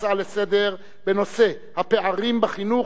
הצעה לסדר-היום בנושא: הפערים בחינוך,